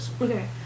Okay